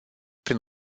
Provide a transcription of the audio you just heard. prin